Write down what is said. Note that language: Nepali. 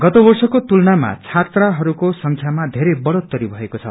गत वर्षको तुलनामा छात्राहरूको संख्यामा बेरै बढ़ोत्तरी भएको छ